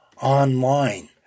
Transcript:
online